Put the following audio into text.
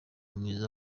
mwiza